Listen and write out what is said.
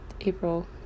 April